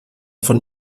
von